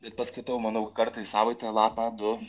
bet paskaitau manau kartą į savaitę lapą du